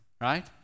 right